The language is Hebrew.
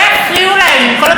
שלטון החוק.